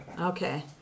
Okay